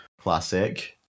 Classic